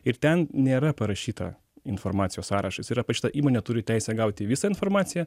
ir ten nėra parašyta informacijos sąrašas yra parašyta įmonė turi teisę gauti visą informaciją